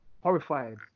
Horrified